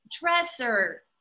dresser